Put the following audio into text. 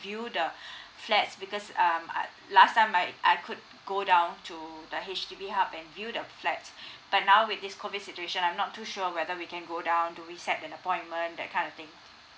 view the flats because um uh last time I I could go down to the H_D_B hub and view the flat but now with this COVID situation I'm not too sure whether we can go down do we set an appointment that kind of thing